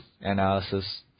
analysis